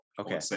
okay